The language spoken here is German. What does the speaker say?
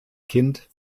kind